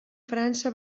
frança